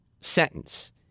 sentence